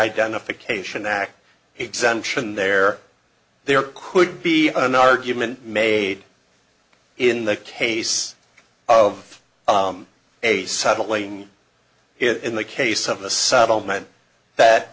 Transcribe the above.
identification act exemption there there could be an argument made in the case of a settling it in the case of a settlement that